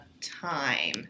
time